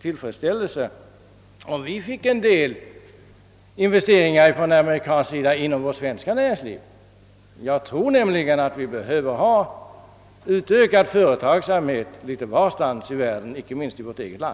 tillfredsställelse, om vi fick en del investeringar från amerikansk sida även inom det svenska näringslivet. Jag tror nämligen att vi behöver ha utökad företagsamhet litet varstans i världen, inte minst i vårt eget land.